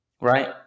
right